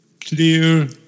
clear